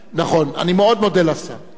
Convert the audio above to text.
נכון, אני מאוד מודה לשר.